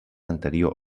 anterior